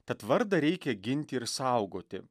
tad vardą reikia ginti ir saugoti